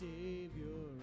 Savior